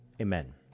Amen